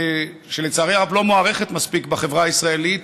שלצערי הרב לא מוערכת מספיק בחברה הישראלית,